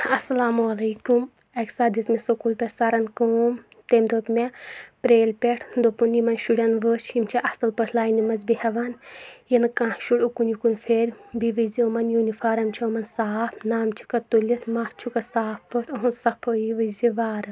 اسلامُ علیکُم اکہِ سات دِژ مےٚ سکوٗل پٮ۪ٹھ سرَن کٲم تٔمۍ دوٚپ مےٚ پریل پٮ۪ٹھ دوپُن یِمَن شُرٮ۪ن وٕچھ یِم چھا اصٕل پٲٹھۍ لاینہِ منٛز بیہوان یِنہٕ کانٛہہ شُر اُکُن یِکُن پھیرِ بیٚیہِ وٕچھزِ یِمَن یوٗنِفارم چھا یِمَن صاف نم چھِکھا تُلِتھ مس چھُکھا صاف پٲٹھۍ أہٕنز صفٲیی وٕچھزِ وارٕ